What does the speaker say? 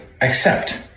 accept